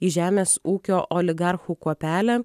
į žemės ūkio oligarchų kuopelę